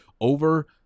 over